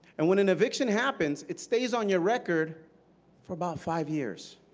and when an eviction happens, it stays on your record for about five years.